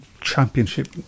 Championship